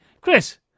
Chris